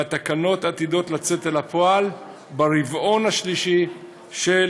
והתקנות עתידות לצאת על הפועל ברבעון השלישי של